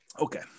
okay